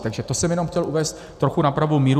Takže to jsem jenom chtěl uvést trochu na pravou míru.